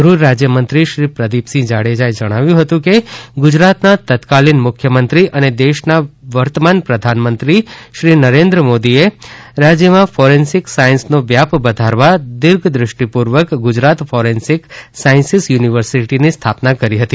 ગૃહ રાજ્યમંત્રીશ્રી પ્રદીપસિંહ જાડેજાએ જણાવ્યું હતું કે ગુજરાતના તત્કાલીન મુખ્યમંત્રીશ્રી અને દેશના વર્તમાન પ્રધાનમંત્રી નરેન્દ્રભાઇ મોદીએ રાજ્યમાં ફોરેન્સિક સાયન્સનો વ્યાપ વધારવા દીર્ઘદૃષ્ટિપૂર્વક ગુજરાત ફોરેન્સિક સાયન્સીસ યુનિવર્સિટીની સ્થાપના કરી હતી